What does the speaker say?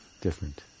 Different